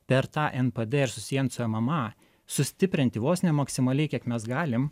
per tą npd ir susiejant su mma sustiprinti vos ne maksimaliai kiek mes galim